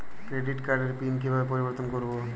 Credit কার্ডের PIN কিভাবে পরিবর্তন করবো?